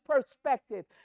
perspective